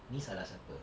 ini salah siapa